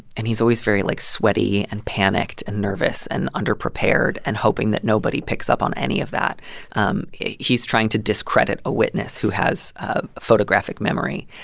and he's always very, like, sweaty and panicked and nervous and underprepared and hoping that nobody picks up on any of that um he's trying to discredit a witness who has a photographic memory.